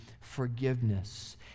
forgiveness